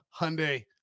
Hyundai